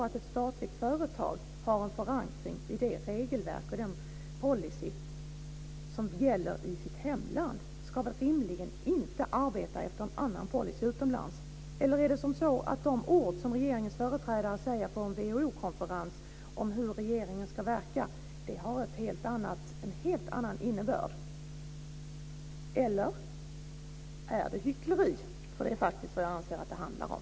Ett statligt företag som har en förankring i det regelverk och den policy som gäller i hemlandet ska väl rimligen inte arbeta efter en annan policy utomlands. Eller har de ord som regeringens företrädare använder på en WHO-konferens om hur regeringen ska verka en hel annan innebörd? Eller är det hyckleri, för det är faktiskt vad jag anser att det handlar om?